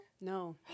No